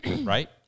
Right